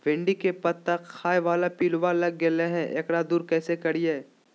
भिंडी के पत्ता खाए बाला पिलुवा लग गेलै हैं, एकरा दूर कैसे करियय?